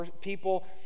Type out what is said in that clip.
people